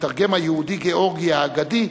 המתרגם היהודי-גאורגי האגדי,